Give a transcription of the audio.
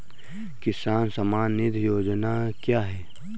किसान सम्मान निधि योजना क्या है?